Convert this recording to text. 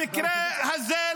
במקרה הזה,